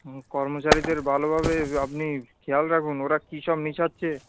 হুম কর্মচারীদের ভালোভাবে আপনি খেয়াল রাখুন ওরা কি সব মেশাচ্ছে